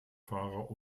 fahrer